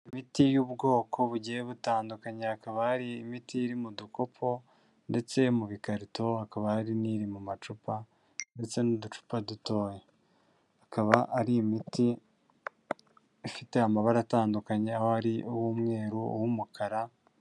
Imiti y'ubwoko bugiye butandukanya, hakaba hari imiti iri mu dukopo ndetse mu bikarito, hakaba hari n'iri mu macupa ndetse n'uducupa dutoya. Akaba ari imiti ifite amabara atandukanye, aho hari uw'umweru, uw'umukara.